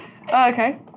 Okay